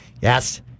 Yes